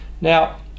Now